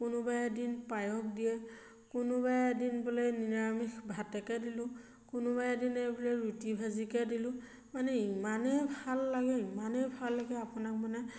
কোনোবাই এদিন পায়স দিয়ে কোনোবাই এদিন বোলে এই নিৰামিষ ভাতকে দিলোঁ কোনোবাই এদিন এই বোলে ৰুটি ভাজিকে দিলোঁ মানে ইমানেই ভাল লাগে ইমানেই ভাল লাগে আপোনাক মানে